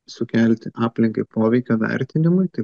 sukelti aplinkai poveikio vertinimui tai